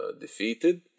defeated